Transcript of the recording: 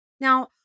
Now